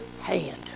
hand